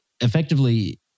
effectively